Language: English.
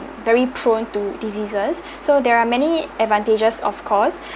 very prone to diseases so there are many advantages of course